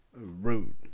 rude